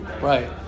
right